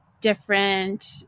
different